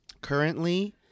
Currently